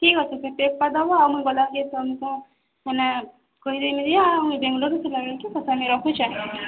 ଠିକ୍ ଅଛି ସେ ପେକ୍ କରିଦେବ ଆଉ ମୁଇଁ ଗଲା ତମ୍କୁ ମାନେ କହିଦେମି ଆଉ ମୁଇଁ ବେଙ୍ଗଲୋର୍ରୁ ଫିର୍ଲେ ବେଲ୍କେ ପଏସା ଦେମି ରଖୁଚେଁ